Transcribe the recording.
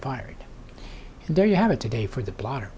and there you have it today for the blotter